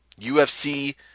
UFC